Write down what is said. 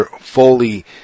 fully